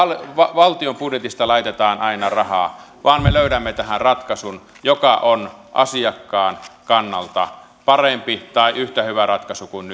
valtion budjetista laitetaan aina rahaa vaan me löydämme tähän ratkaisun joka on asiakkaan kannalta parempi tai yhtä hyvä ratkaisu kuin